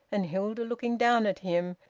and hilda looking down at him,